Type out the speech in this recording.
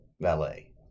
valet